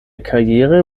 karriere